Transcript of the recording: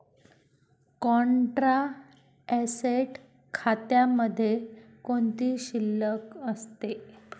Contra asset खात्यामध्ये कोणती शिल्लक असते?